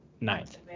ninth